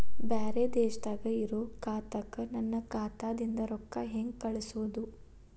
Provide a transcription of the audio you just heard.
ಬ್ಯಾರೆ ದೇಶದಾಗ ಇರೋ ಖಾತಾಕ್ಕ ನನ್ನ ಖಾತಾದಿಂದ ರೊಕ್ಕ ಹೆಂಗ್ ಕಳಸೋದು?